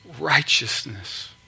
righteousness